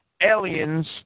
aliens